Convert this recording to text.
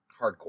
Hardcore